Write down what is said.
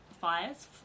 fires